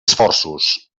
esforços